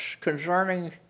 concerning